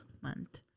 Month